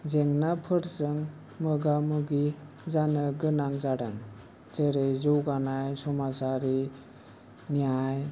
जेंनाफोरजों मोगा मोगि जानो गोनां जादों जेरै जौगानाय समाजारि नियाय